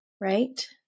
Right